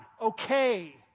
okay